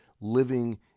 living